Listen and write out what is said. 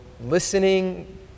listening